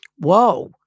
whoa